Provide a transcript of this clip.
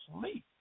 sleep